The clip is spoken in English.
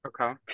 Okay